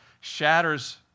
shatters